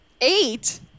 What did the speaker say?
Eight